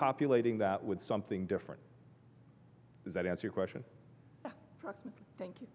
populating that with something different that answer a question thank you